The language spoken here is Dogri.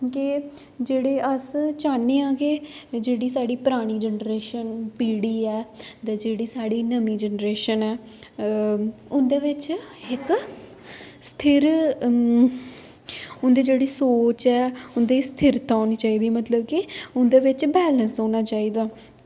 के जेह्ड़े अस चाह्न्ने आं के जेह्ड़ी साढ़ी परानी जनरेशन पीढ़ी ऐ ते जेह्ड़ी साढ़ी नमीं जनरेशन ऐ उं'दे बिच्च इक स्थिर उं'दी जेह्ड़ी जेह्ड़ी ऐ उं'दे च स्थिरता होनी चाहिदी मतलब कि उं'दे बिच्च बैलैंस होना चाहिदा